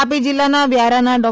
તાપી જિલ્લાના વ્યારાના ડૉ